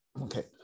Okay